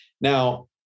Now